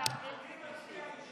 אנחנו קורסים.